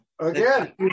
Again